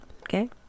Okay